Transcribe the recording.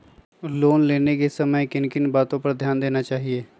Loan लेने के समय किन किन वातो पर ध्यान देना चाहिए?